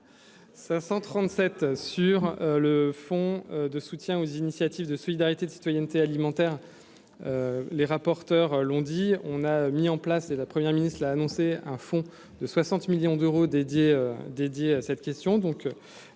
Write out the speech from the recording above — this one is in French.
537 sur le fonds de soutien aux initiatives de solidarité de citoyenneté alimentaire, les rapporteurs, l'ont dit, on a mis en place et la première ministre, il a annoncé un fonds de 60 millions d'euros dédié dédié à cette question,